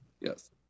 Yes